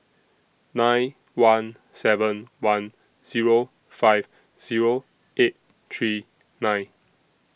nine one seven one Zero five Zero eight three nine